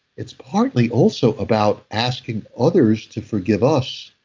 it's partly also about asking others to forgive us.